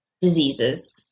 diseases